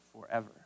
forever